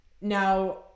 Now